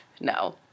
No